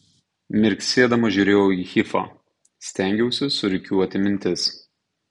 mirksėdama žiūrėjau į hifą stengiausi surikiuoti mintis